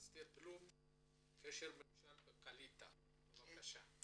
אסתר בלום, קשרי ממשל, קעליטה בבקשה.